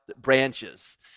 branches